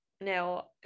Now